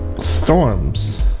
storms